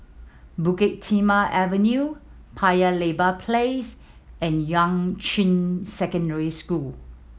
Bukit Timah Avenue Paya Lebar Place and Yuan Ching Secondary School